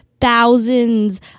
Thousands